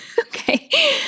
Okay